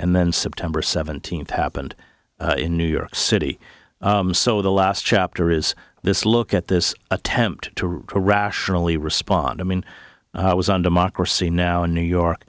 and then september seventeenth happened in new york city so the last chapter is this look at this attempt to rationally respond i mean i was on democracy now in new york